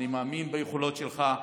אני מאמין ביכולות שלך.